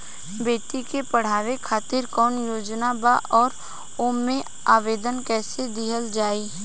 बेटी के पढ़ावें खातिर कौन योजना बा और ओ मे आवेदन कैसे दिहल जायी?